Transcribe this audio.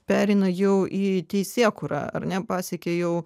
pereina jau į teisėkūrą ar ne pasiekė jau